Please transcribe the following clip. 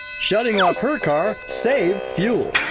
shutting off her car saved fuel!